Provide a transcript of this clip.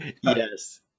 Yes